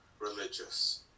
religious